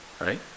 right